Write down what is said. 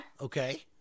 Okay